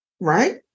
Right